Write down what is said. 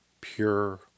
pure